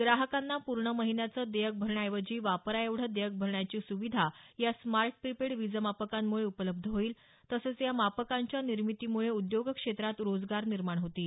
ग्राहकांना पूर्ण महिन्याचं देयक भरण्याऐवजी वापराएवढं देयक भरण्याची सुविधा या स्मार्ट प्रीपेड वीजमापकांमुळे उपलब्ध होईल तसंच या मापकांच्या निर्मितीमुळे उद्योगक्षेत्रात रोजगार निर्माण होतील